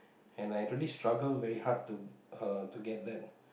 and I really struggle very hard to uh uh to get that